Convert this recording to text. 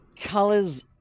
Colors